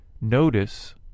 notice